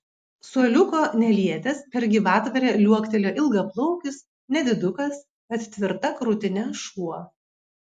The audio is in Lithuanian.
suoliuko nelietęs per gyvatvorę liuoktelėjo ilgaplaukis nedidukas bet tvirta krūtine šuo